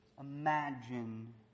imagine